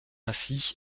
ainsi